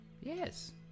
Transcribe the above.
Yes